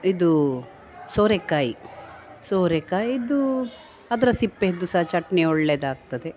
ಇದು ಸೋರೆಕಾಯಿ ಸೋರೆಕಾಯಿಯದು ಅದರ ಸಿಪ್ಪೆಯದ್ದು ಸಹ ಚಟ್ನಿ ಒಳ್ಳೆಯದಾಗ್ತದೆ